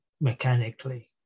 mechanically